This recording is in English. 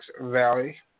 Valley